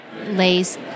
lace